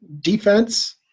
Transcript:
defense